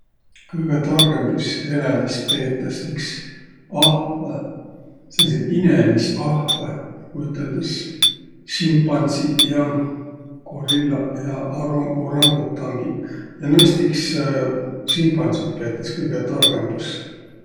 Kõgõ targõmbis eläjis peetäs iks ahvõ, sääntsit inemisahvõ nigu üteldäs: simpansiq ja gorillaq ja aro- orangutangiq, ja noist iks simpansit peetäs kõgõ targõmbas.